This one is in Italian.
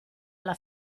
alla